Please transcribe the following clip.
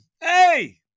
Hey